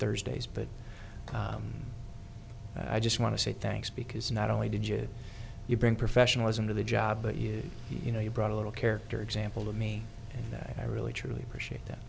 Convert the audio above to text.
thursdays but i just want to say thanks because not only did you bring professionalism to the job but you you know you brought a little character example to me that i really truly appreciate that